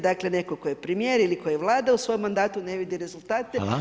Dakle, netko tko je premijer ili tko je vlada u svom mandatu ne vidi rezultate.